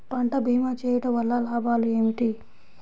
పంట భీమా చేయుటవల్ల లాభాలు ఏమిటి?